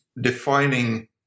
defining